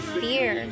fear